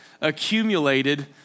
accumulated